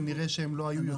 כנראה שהם לא היו יותר.